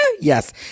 Yes